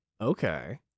Okay